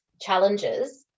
challenges